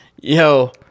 yo